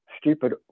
stupid